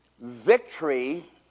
victory